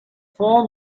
four